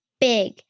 big